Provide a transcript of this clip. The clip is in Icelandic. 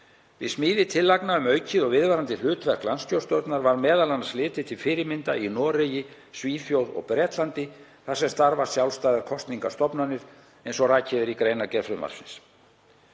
Við smíði tillagna um aukið og viðvarandi hlutverk landskjörstjórnar var m.a. litið til fyrirmynda í Noregi, Svíþjóð og Bretlandi þar sem starfa sjálfstæðar kosningastofnanir, eins og rakið er í greinargerð frumvarpsins.